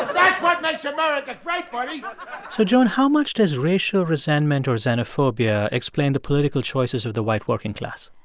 that's what makes america great, buddy so, joan, how much does racial resentment or xenophobia explain the political choices of the white working class?